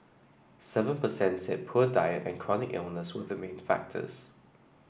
seven per cent said poor diet and chronic illness were the main factors